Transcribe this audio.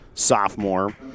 sophomore